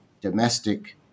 domestic